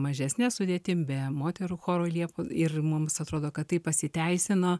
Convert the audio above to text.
mažesne sudėtim be moterų choro liepų ir mums atrodo kad tai pasiteisino